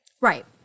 Right